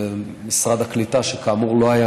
במשרד הקליטה, שכאמור לא היה,